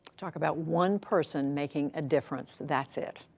talk about one person making a difference, that's it.